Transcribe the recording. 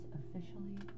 officially